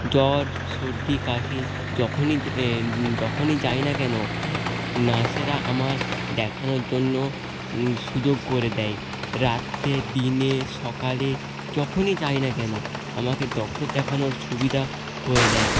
জ্বর সর্দি কাশি যখনই যে যখনই যাই না কেনো নার্সেরা আমার দেখানোর জন্য সুযোগ করে দেয় রাত্রে দিনে সকালে যখনই যাই না কেনো আমাকে ডক্টর দেখানোর সুবিধা করে দেয়